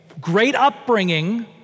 great-upbringing